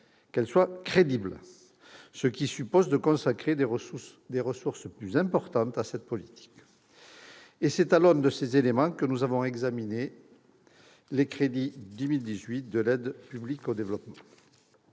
aussi « crédible », ce qui suppose de consacrer des ressources plus importantes à cette politique. C'est à l'aune de ces éléments que nous avons examiné les crédits 2018 de l'aide publique au développement.